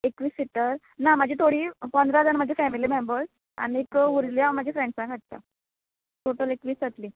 एकवीस सिटर ना म्हाजी थोडीं पंदरा जाण म्हजी फेमिली मेंबर्स आनी उरिल्ली हांव म्हाज्या फ्रेंड्सांक हाडटा टोटल एकवीस जातलीं